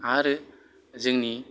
आरो जोंनि